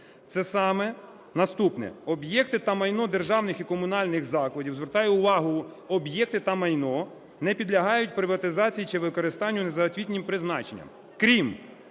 це саме наступне: об'єкти та майно державних і комунальних закладів (звертаю увагу: об'єкти та майно) не підлягають приватизації чи використанню не за освітнім призначенням, крім